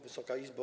Wysoka Izbo!